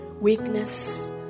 Weakness